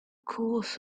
course